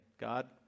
God